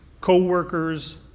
co-workers